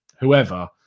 whoever